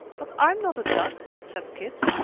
but i'm not a duck, said kit.